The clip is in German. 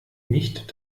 nicht